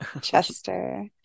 Chester